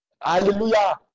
Hallelujah